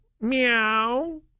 meow